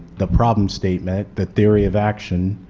the problem statement, the theory of action,